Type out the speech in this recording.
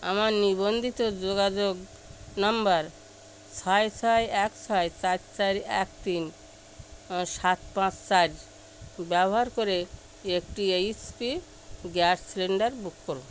আমার নিবন্ধিত যোগাযোগ নাম্বার ছয় ছয় এক ছয় চার চার এক তিন সাত পাঁচ চার ব্যবহার করে একটি H P gas cylinder book করুন